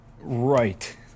Right